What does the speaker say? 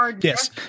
yes